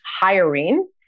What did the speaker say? hiring